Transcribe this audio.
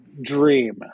dream